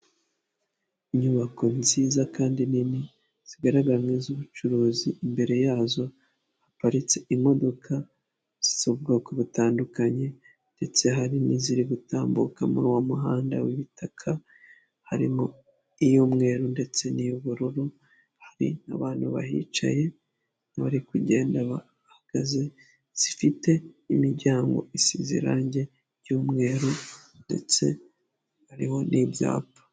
Inyubako nziza kandi nini zigaragara nk'iz'ubucuruzi imbere yazo haparitse imodoka z'ubwoko butandukanye ndetse hari n'iziri gutambuka muri uwo muhanda w'ibitaka, harimo iy'umweru ndetse n'iy'ubururu, hari n'abantu bahicaye, bari kugenda bahagaze zifite imiryango isize irangi ry'umweru ndetse hariho n'ibyapa.